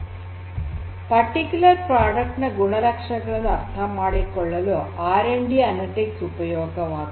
ನಿರ್ದಿಷ್ಟ ಉತ್ಪನ್ನದ ಗುಣಲಕ್ಷಣಗಳನ್ನು ಅರ್ಥಮಾಡಿಕೊಳ್ಳಲು ಆರ್ ಮತ್ತು ಡಿ ಅನಲಿಟಿಕ್ಸ್ ಉಪಯೋಗವಾಗುತ್ತದೆ